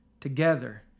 together